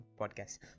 podcast